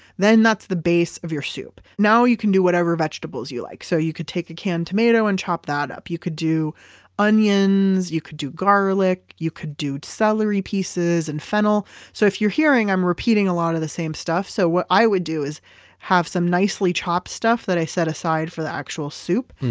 then that's the base of your soup. now you can do whatever vegetables you like. so you could take a canned tomato and chop that up. you could do onions, you could do garlic, you could do celery pieces and fennel. so if you're hearing, i'm repeating a lot of the same stuff. so what i would do is have some nicely chopped stuff that i set aside for the actual soup.